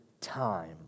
time